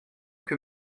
que